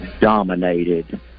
dominated